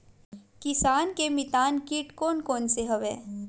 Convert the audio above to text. किसान के मितान कीट कोन कोन से हवय?